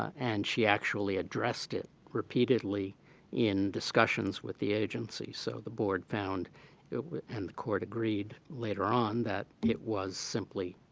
and she actually addressed it repeatedly in discussions with the agency. so the board found and the court agreed later on that it was simply